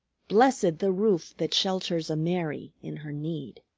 blessed the roof that shelters a mary in her need.